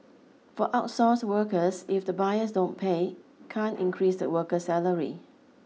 for outsourced workers if the buyers don't pay can't increase the worker's salary